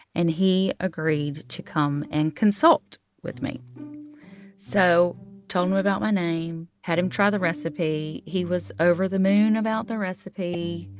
and he agreed to come and consult with me so told him about my name, had him try the recipe. he was over the moon about the recipe.